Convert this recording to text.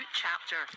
chapter